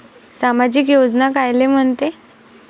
सामाजिक योजना कायले म्हंते?